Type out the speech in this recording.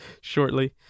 shortly